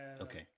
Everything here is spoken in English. okay